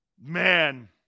Man